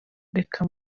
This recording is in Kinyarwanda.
reka